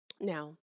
Now